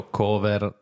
cover